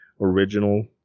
original